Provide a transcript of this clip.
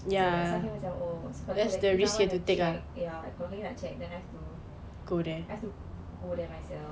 so that's why macam oh if I want to check ya probably like check then I have to I have to go there myself